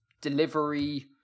delivery